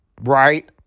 right